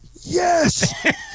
yes